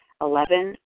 Eleven